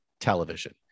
television